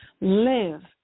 live